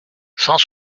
cent